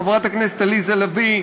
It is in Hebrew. חברת הכנסת עליזה לביא,